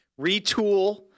retool